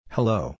Hello